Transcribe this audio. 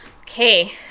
Okay